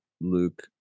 Luke